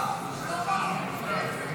נתקבלה.